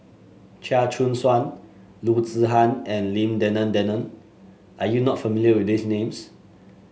Chia Choo Suan Loo Zihan and Lim Denan Denon are you not familiar with these names